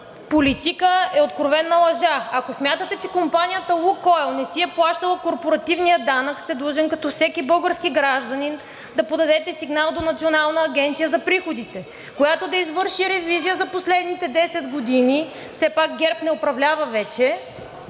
политика, е откровена лъжа. Ако смятате, че компанията „Лукойл“ не си е плащала корпоративния данък, сте длъжен като всеки български гражданин да подадете сигнал до Националната агенция за приходите, която да извърши ревизия за последните 10 години. Все пак ГЕРБ не управлява вече.